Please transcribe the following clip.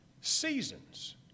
seasons